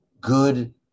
good